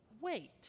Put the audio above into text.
Wait